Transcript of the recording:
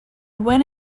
buen